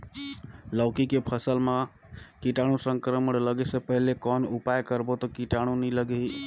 लौकी के फसल मां कीटाणु संक्रमण लगे से पहले कौन उपाय करबो ता कीटाणु नी लगही?